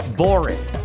boring